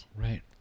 Right